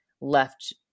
left